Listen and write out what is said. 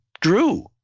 drew